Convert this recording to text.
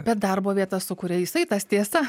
bet darbo vietas sukuria jisai tas tiesa